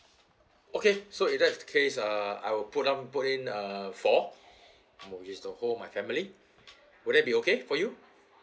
okay so in that case uh I will put down put in uh four which is the whole my family will it be okay for you